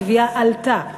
הגבייה עלתה,